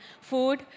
food